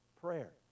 Prayer